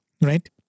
right